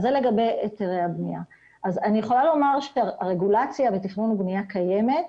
אני יכולה לומר שהרגולציה בתכנון ובנייה קיימת.